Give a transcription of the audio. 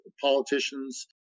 politicians